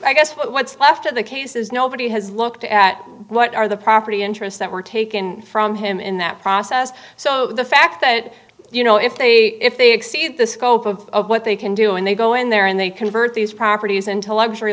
i guess what's left of the case is nobody has looked at what are the property interests that were taken from him in that process so the fact that you know if they if they exceed the scope of what they can do and they go in there and they convert these properties int